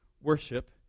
worship